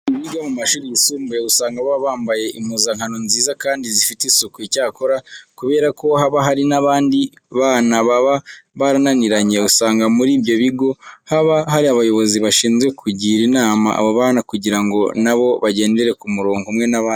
Abanyeshuri biga mu mashuri yisumbuye usanga baba bambaye impuzankano nziza kandi zifite isuku. Icyakora kubera ko haba hari n'abandi bana baba barananiranye, usanga muri ibyo bigo haba hari abayobozi bashinzwe kugira inama abo bana kugira ngo na bo bagendere ku murongo umwe n'abandi.